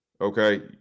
okay